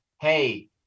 hey